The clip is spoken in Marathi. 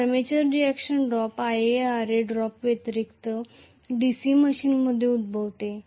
तर armature reaction drop IaRa drop व्यतिरिक्त DC मशीनमध्ये उद्भवते